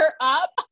up